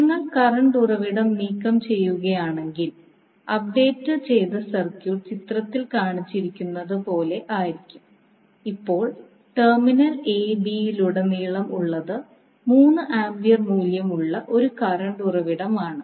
നിങ്ങൾ കറണ്ട് ഉറവിടം നീക്കംചെയ്യുകയാണെങ്കിൽ അപ്ഡേറ്റ് ചെയ്ത സർക്യൂട്ട് ചിത്രത്തിൽ കാണിച്ചിരിക്കുന്നതുപോലെ ആയിരിക്കും ഇപ്പോൾ ടെർമിനൽ a b യിലുടനീളം ഉള്ളത് 3 ആമ്പിയർ മൂല്യമുള്ള ഒരു കറണ്ട് ഉറവിടമാണ്